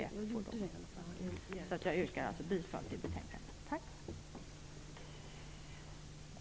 Jag yrkar bifall till utskottets hemställan.